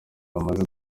bamaze